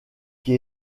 qui